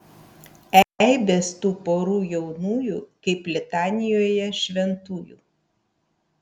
eibės tų porų jaunųjų kaip litanijoje šventųjų